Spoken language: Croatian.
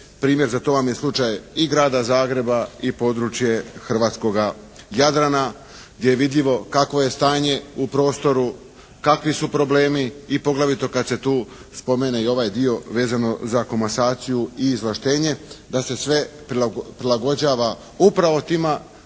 primjer za to vam je slučaj i grada Zagreba i područje hrvatskoga Jadrana gdje je vidljivo kakvo je stanje u prostoru, kakvi su problemi i poglavito kad se tu spomene i ovaj dio vezano za komasaciju i izvlaštenje da se sve prilagođava upravo tima